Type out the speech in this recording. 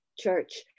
church